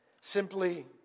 simply